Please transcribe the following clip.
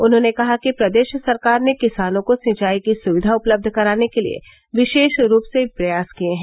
उन्होंने कहा कि प्रदेश सरकार ने किसानों को सिंचाई की सुविधा उपलब्ध कराने के लिये विशेष रूप से प्रयास किये हैं